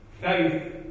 Faith